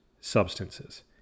substances